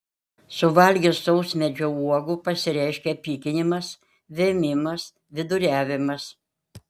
suvalgius sausmedžio uogų pasireiškia pykinimas vėmimas viduriavimas